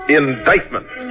indictment